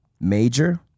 major